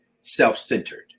self-centered